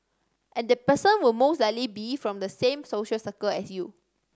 and the person will mostly like be from the same social circle as you